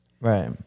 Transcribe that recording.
Right